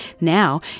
Now